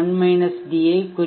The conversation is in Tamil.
1 d குறிக்கிறது